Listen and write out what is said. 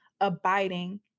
abiding